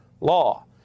law